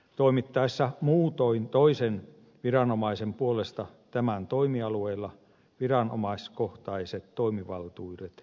toimittaessa muutoin toisen viranomaisen puolesta tämän toimialueella viranomaiskohtaiset toimivaltuudet eivät laajene